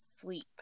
sleep